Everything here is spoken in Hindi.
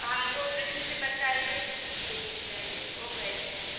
हमको ब्रेंच से बताइए इस्कूल के लिए चाहिए वह कैसे हैं